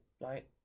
right